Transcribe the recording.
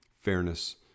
fairness